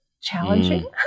challenging